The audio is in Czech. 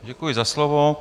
Děkuji za slovo.